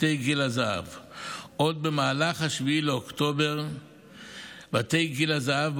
בתי גיל הזהב,